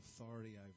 authority